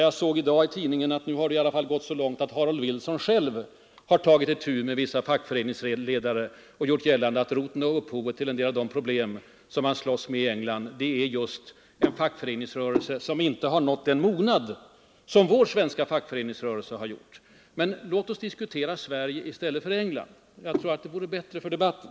Jag såg i dag i tidningen att det nu i alla fall har gått så långt att Harold Wilson själv har tagit itu med vissa fackföreningsledare och gjort gällande att roten och upphovet till en del av de problem som man slåss mot i England är just en fackföreningsrörelse som inte har nått den mognad som vår svenska fackföreningsrörelse har nått. Men låt oss diskutera Sverige i stället för England! Jag tror att det vore bättre för debatten.